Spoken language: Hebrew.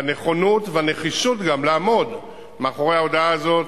והנכונות והנחישות גם לעמוד מאחורי ההודעה הזאת,